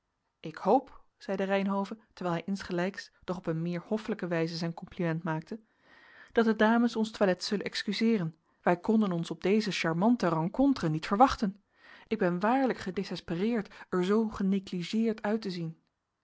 ik hoop zeide reynhove terwijl hij insgelijks doch op een meer hoffelijke wijze zijn compliment maakte dat de dames ons toilet zullen excuseeren wij konden ons op deze charmante rencontre niet verwachten ik ben waarlijk gedesespereerd er zoo genegligeerd uit te zien